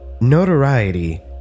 Notoriety